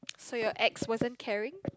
so your ex wasn't caring